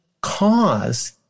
cause